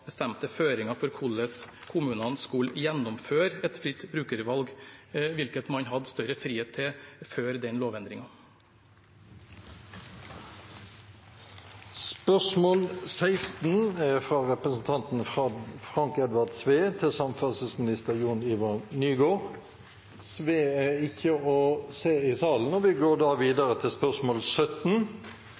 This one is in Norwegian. bestemte føringer for hvordan kommunene skulle gjennomføre et fritt brukervalg, hvilket man hadde større frihet til før den lovendringen. Vi går da til spørsmål 16, fra representanten Frank Edvard Sve til samferdselsminister Jon-Ivar Nygård. Representanten Sve er ikke å se i salen, og vi går videre til spørsmål 17,